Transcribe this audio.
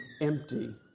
empty